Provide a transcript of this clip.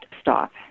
stop